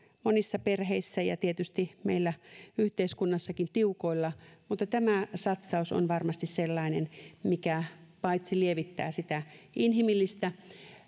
monissa perheissä tiukoilla ja tietysti meillä yhteiskunnassakin mutta tämä satsaus on varmasti sellainen mikä lievittää sitä inhimillistä